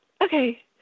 okay